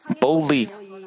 boldly